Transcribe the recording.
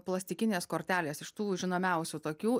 plastikinės kortelės iš tų žinomiausių tokių